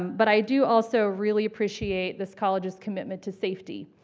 but i do also really appreciate this college's commitment to safety.